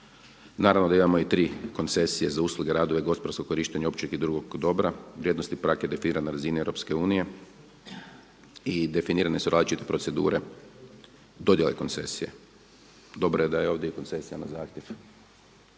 Naravno da imamo i tri koncesije za usluge, radove, gospodarsko korištenje općeg i drugog dobra. Vrijednosni prag je definiran na razini EU i definirane su različite procedure dodjele koncesije. Dobro je da je ovdje i koncesija na zahtjev.